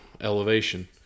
elevation